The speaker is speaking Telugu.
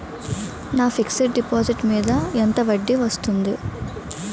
నా ఫిక్సడ్ డిపాజిట్ మీద ఎంత వడ్డీ వస్తుంది?